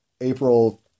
April